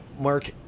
Mark